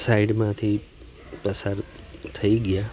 સાઇડમાંથી પસાર થઈ ગયા